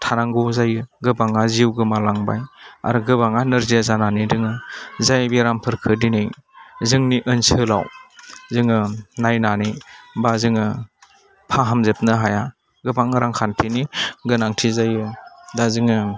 थानांगौ जायो गोबाङा जिउ गोमालांबाय आरो गोबाङा नोरजिया जानानै दोङो जाय बेरामफोरखौ दिनै जोंनि ओनसोलाव जोङो नायनानै बा जोङो फाहामजोबनो हाया गोबां रांखान्थिनि गोनांथि जायो दा जोङो